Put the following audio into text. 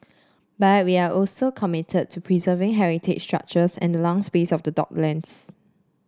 but are we also committed to preserving heritage structures and the lung space of the docklands